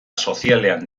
sozialean